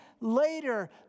later